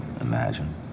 imagine